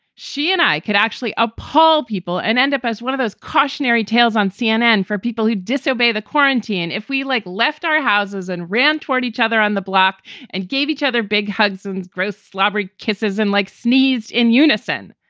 she and i could actually upall people and end up as one of those cautionary tales on cnn for people who disobey the quarantine. if we like, left our houses and ran toward each other on the block and gave each other big hugs and gross slobbery kisses and like sneezed in unison,